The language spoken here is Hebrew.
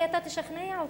אולי אתה תשכנע אותי.